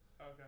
Okay